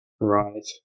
Right